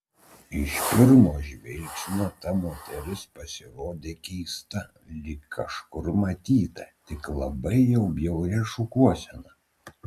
iš pirmo žvilgsnio ta moteris pasirodė keista lyg kažkur matyta tik labai jau bjauria šukuosena